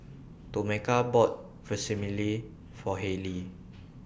Tomeka bought Vermicelli For Halie